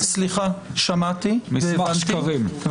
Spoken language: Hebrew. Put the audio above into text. מסמך שקרים.